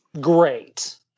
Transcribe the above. Great